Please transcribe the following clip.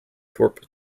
thorpe